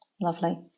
Lovely